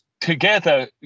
together